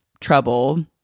trouble